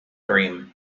dream